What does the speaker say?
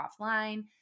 offline